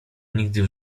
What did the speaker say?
nigdy